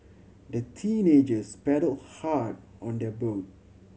the teenagers paddled hard on their boat